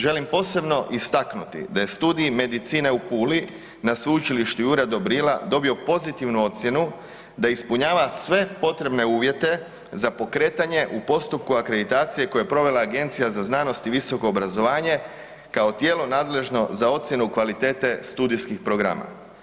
Želim posebno istaknuti da je Studij medicine u Puli na Sveučilištu Jure Dobrila dobio pozitivnu ocjenu da ispunjava sve potrebne uvjete za pokretanje u postupku akreditacije koju je provela Agencija za znanost i visoko obrazovanje kao tijelo nadležno za ocjenu kvalitete studijskih programa.